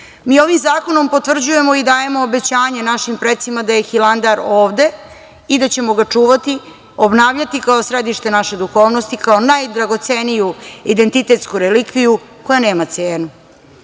ovim zakonom potvrđujemo i dajemo obećanje našim precima da je Hilandar ovde i da ćemo ga čuvati, obnavljati kao središte naše duhovnosti i kao najdragoceniju identitetsku relikviju koja nema cenu. Ovaj